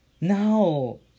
No